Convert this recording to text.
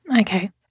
Okay